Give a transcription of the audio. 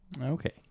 Okay